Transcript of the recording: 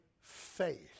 faith